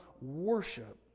worship